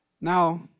Now